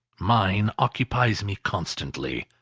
mine occupies me constantly.